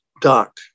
doc